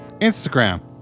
Instagram